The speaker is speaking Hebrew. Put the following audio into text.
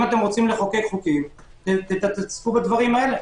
אם אתם רוצים לחוקק חוקים, תתעסקו בזה.